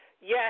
Yes